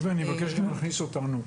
ריבה, אני אבקש להכניס אותנו.